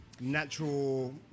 Natural